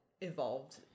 evolved